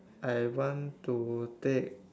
I want to take